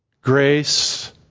grace